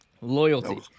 Loyalty